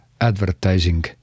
advertising